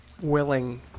willing